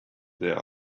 there